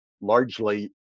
largely